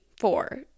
four